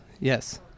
yes